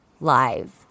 live